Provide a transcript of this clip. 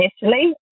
initially